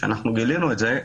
כשגילינו את זה,